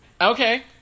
Okay